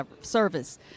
service